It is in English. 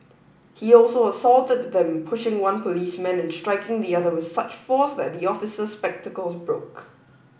he also assaulted them pushing one policeman and striking the other with such force that the officer's spectacles broke